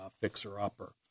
fixer-upper